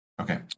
Okay